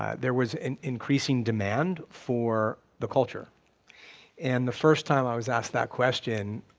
um there was an increasing demand for the culture and the first time i was asked that question,